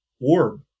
orb